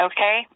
Okay